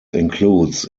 includes